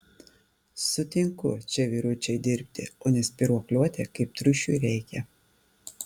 sutinku čia vyručiai dirbti o ne spyruokliuoti kaip triušiui reikia